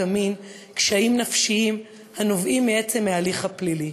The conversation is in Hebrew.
המין קשיים נפשיים הנובעים מעצם ההליך הפלילי.